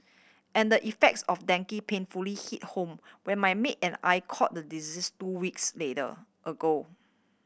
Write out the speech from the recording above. and the effects of dengue painfully hit home when my maid and I caught the disease two weeks middle ago